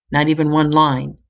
not even one line,